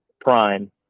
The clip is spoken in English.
prime